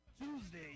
Tuesday